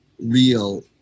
real